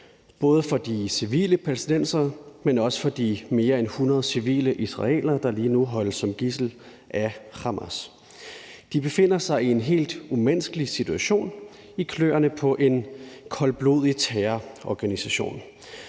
både for de civile palæstinensere, men også for de mere end 100 civile israelere, der lige nu holdes som gidsler af Hamas. De befinder sig i en helt umenneskelig situation i kløerne på en koldblodig terrororganisation,